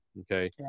Okay